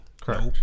Correct